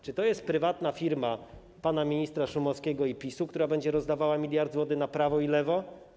Czy to jest prywatna firma pana ministra Szumowskiego i PiS-u, która będzie rozdawała miliardy złotych na prawo i lewo?